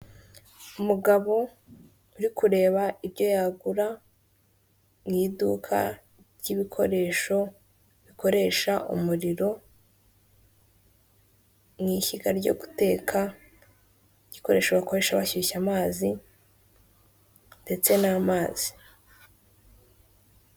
Umugabo uri kureba ibyo yagura mu iduka ry'ibikoresho bikoresha umuriro, mu ishyiga ryo guteka, igikoresho bakoresha bashyushya amazi, ndetse n'amazi.